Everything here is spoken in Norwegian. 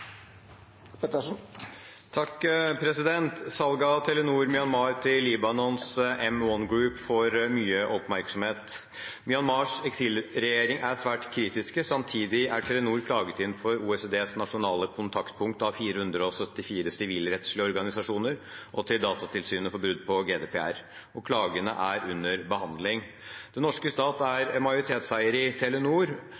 av Telenor Myanmar til Libanons M1 Group får mye oppmerksomhet. Myanmars eksilregjering er svært kritisk. Samtidig er Telenor klaget inn for OECDs nasjonale kontaktpunkt av 474 sivilrettslige organisasjoner og til Datatilsynet for brudd på GDPR. Klagene er under behandling. Den norske stat